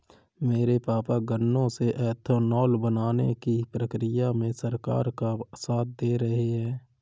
मेरे पापा गन्नों से एथानाओल बनाने की प्रक्रिया में सरकार का साथ दे रहे हैं